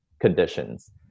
conditions